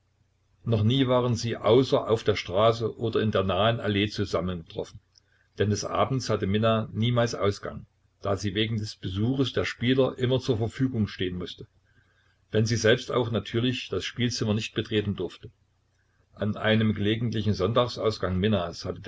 noch nie waren sie außer auf der straße oder in der nahen allee zusammengetroffen denn des abends hatte minna niemals ausgang da sie wegen des besuches der spieler immer zur verfügung stehen mußte wenn sie selbst auch natürlich das spielzimmer nicht betreten durfte an einem gelegentlichen sonntags ausgang minnas hatte